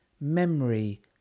memory